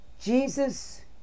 Jesus